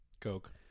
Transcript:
coke